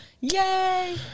Yay